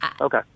Okay